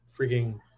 freaking